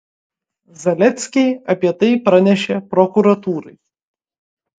zaleckiai apie tai pranešė prokuratūrai